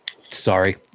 Sorry